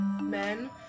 men